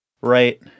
right